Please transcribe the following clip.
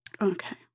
Okay